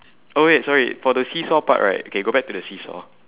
oh wait sorry for the seesaw part right okay go back to the seesaw